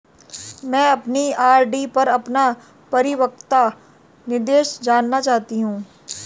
मैं अपनी आर.डी पर अपना परिपक्वता निर्देश जानना चाहती हूँ